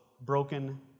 broken